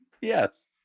Yes